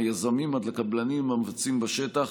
מהיזמים עד לקבלנים המבצעים בשטח,